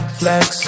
flex